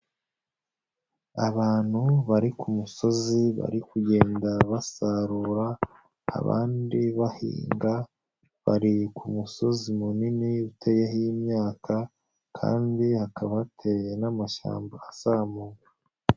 Abantu bari ku musozi bari kugenda basarura, abandi bahinga, bari ku musozi munini uteyeho imyaka kandi hakaba hateye n'amashyamba azamuka.